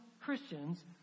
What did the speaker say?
christians